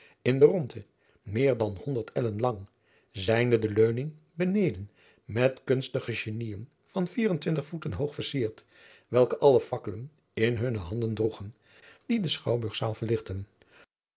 in de rondte meer dan honderd ellen lang zijnde de leuning beneden met kunstige geniën van vier en twintig voeten hoog versierd welke alle fakkelen in hunne handen droegen die de schouwburg zaal verlichtten